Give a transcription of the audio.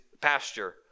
pasture